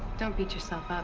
don't beat yourself